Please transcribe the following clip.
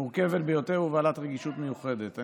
זו סוגיה מורכבת ביותר ובעלת רגישות מיוחדת.